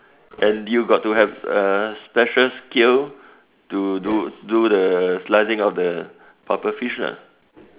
and you got to have uh special skill to do do the slicing of the puffer fish lah